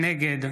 נגד